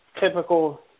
typical